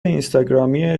اینستاگرامی